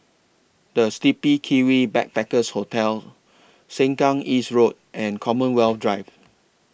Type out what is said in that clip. The Sleepy Kiwi Backpackers Hostel Sengkang East Road and Commonwealth Drive